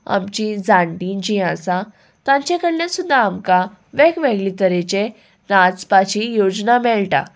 आमची जाणटीं जीं आसा तांचे कडल्यान सुद्दां आमकां वेगवेगळे तरेचे नाचपाची योजना मेळटा